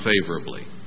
favorably